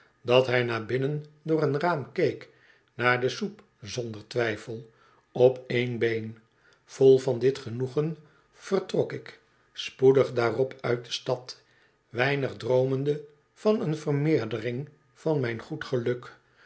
één been vol van dit genoegen vertrok ik spoedig daarop uit de stad weinig droomende van een vermeerdering van mijn goed geluk